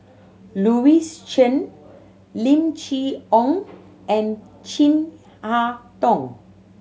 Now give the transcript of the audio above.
Louis Chen Lim Chee Onn and Chin Harn Tong